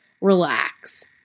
relax